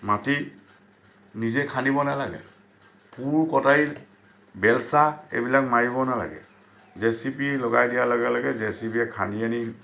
মাটি নিজেই খান্দিব নেলাগে কোৰ কটাৰী বেলচা এইবিলাক মাৰিব নেলাগে জে চি বি লগাই দিয়াৰ লগে লগে জেচিবিয়ে খান্দি আনি